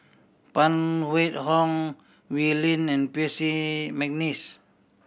Phan Wait Hong Wee Lin and Percy McNeice